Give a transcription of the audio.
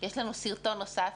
יש לנו סרטון נוסף,